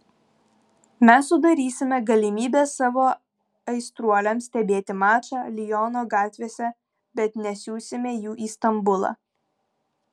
mes sudarysime galimybę savo aistruoliams stebėti mačą liono gatvėse bet nesiųsime jų į stambulą